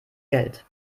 geld